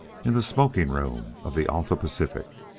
in the smoking-room of the alta-pacific.